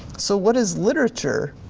so what is literature?